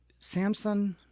Samsung